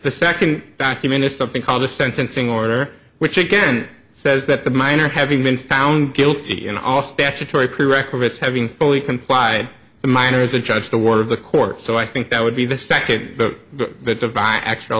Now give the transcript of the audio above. the second document is something called the sentencing order which again says that the minor having been found guilty in all statutory corrective it's having fully complied and minors a judge the word of the court so i think that would be the second that divine actual